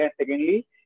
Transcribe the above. Secondly